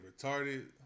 retarded